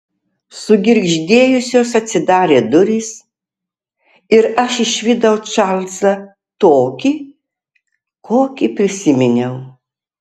sugirgždėjusios atsidarė durys ir aš išvydau čarlzą tokį kokį prisiminiau